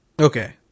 okay